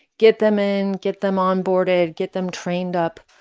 get them in, get them onboarded, get them trained up.